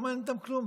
לא מעניין אותם כלום.